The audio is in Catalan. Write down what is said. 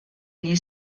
allí